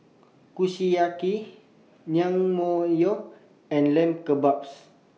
Kushiyaki Naengmyeon and Lamb Kebabs